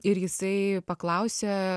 ir jisai paklausė